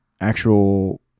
actual